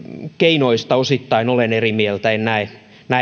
keinoista osittain olen eri mieltä en näe